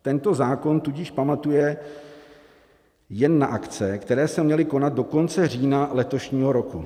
Tento zákon tudíž pamatuje jen na akce, které se měly konat do konce října letošního roku.